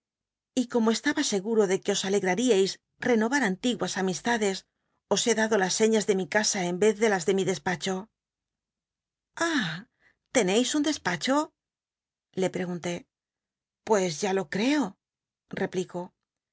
y como estaba scguto de c uc os alegraríais renovar antiguas amislades os he dado las seiias de mi casa en rez de las de mi despacho i ah teneis un despacho le pregunté pues ya lo cteo replicó